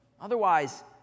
Otherwise